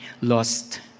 lost